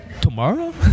tomorrow